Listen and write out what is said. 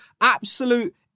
absolute